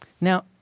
Now